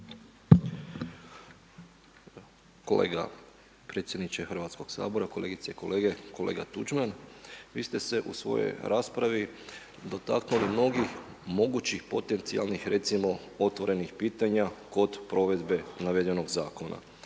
(HDZ)** Predsjedniče Hrvatskoga sabora, kolegice i kolege. Kolega Tuđman, vi ste se u svojoj raspravi dotaknuli mnogih mogućih potencijalnih recimo otvorenih pitanja kod provedbe navedenog zakona.